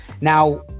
Now